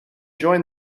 join